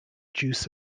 juice